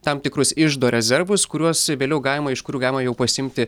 tam tikrus iždo rezervus kuriuos vėliau galima iš kurių galima jau pasiimti